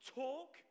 talk